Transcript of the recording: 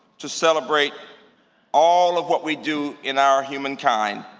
to celebrate all of what we do in our humankind.